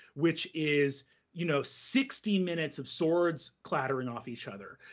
which is you know sixty minutes of swords clattering off each other,